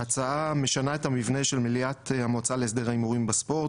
ההצעה משנה את המבנה של מליאת המועצה להסדר ההימורים בספורט,